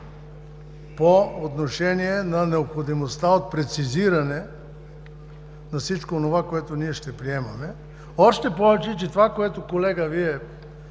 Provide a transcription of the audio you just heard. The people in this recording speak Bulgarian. по отношение необходимостта от прецизиране на всичко онова, което ще приемаме, още повече че това, което, Вие